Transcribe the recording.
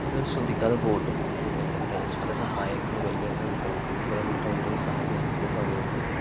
ചിലർ ശ്രദ്ധിക്കാതെ പോവുന്നുണ്ട് ഏ നമ്മളിപ്പോൾ പല സഹായങ്ങളും വലിയ എന്ത് ക്രൂഷ്യലായിട്ടുള്ള സമയത്തൊക്കെ സഹായം നൽക്കുന്ന സമയത്ത്